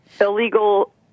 illegal